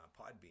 Podbean